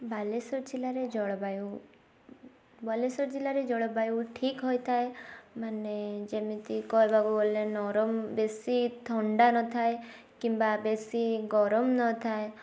ବାଲେଶ୍ୱର ଜିଲ୍ଲାରେ ଜଳବାୟୁ ବାଲେଶ୍ୱର ଜିଲ୍ଲାରେ ଜଳବାୟୁ ଠିକ୍ ହୋଇଥାଏ ମାନେ ଯେମିତି କହିବାକୁ ଗଲେ ନରମ ବେଶୀ ଥଣ୍ଡା ନଥାଏ କିମ୍ବା ବେଶୀ ଗରମ ନଥାଏ